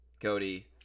Cody